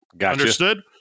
Understood